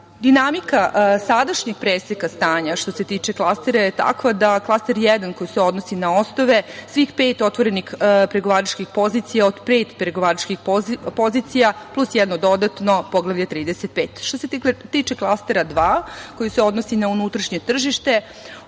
sadašnjeg preseka stanja što se tiče klastera je takva da Klaster 1 koji se odnosi na mostove svih pet otvorenih pregovaračkih pozicija od pet pregovaračkih pozicija, plus jedno dodatno Poglavlje 35. Što se tiče Klastera 2, koji se odnosi na unutrašnje tržište,